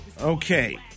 Okay